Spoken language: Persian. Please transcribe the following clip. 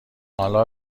حالا